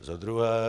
Za druhé.